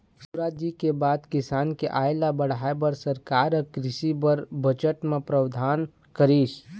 सुराजी के बाद किसान के आय ल बढ़ाय बर सरकार ह कृषि बर बजट म प्रावधान करिस